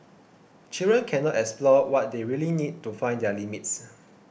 children cannot explore what they really need to find their limits